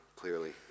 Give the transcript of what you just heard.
clearly